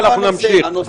ונמשיך.